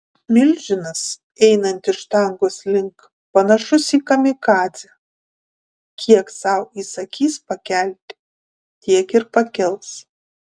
milžinas einantis štangos link panašus į kamikadzę kiek sau įsakys pakelti tiek ir pakels